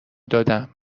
دادم